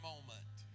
moment